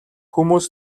хүмүүс